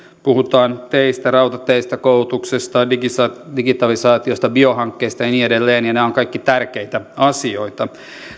puhutaan teistä rautateistä koulutuksesta digitalisaatiosta biohankkeista ja niin edelleen ja nämä ovat kaikki tärkeitä asioita